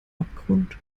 abgrund